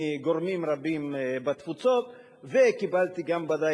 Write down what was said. מגורמים רבים בתפוצות וקיבלתי גם ודאי